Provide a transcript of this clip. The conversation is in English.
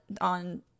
on